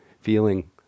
feeling